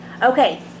Okay